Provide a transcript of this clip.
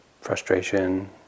Frustration